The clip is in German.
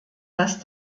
dass